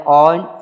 on